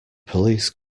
police